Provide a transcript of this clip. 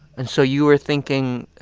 and so you were thinking